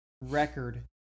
record